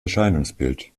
erscheinungsbild